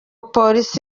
polisi